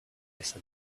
said